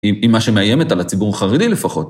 עם מה שמאיימת על הציבור החרדי לפחות.